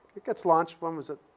it gets launched when was it?